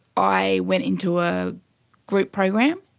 i went into a group program,